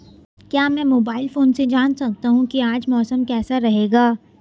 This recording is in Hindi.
क्या मैं मोबाइल फोन से जान सकता हूँ कि आज मौसम कैसा रहेगा?